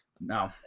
No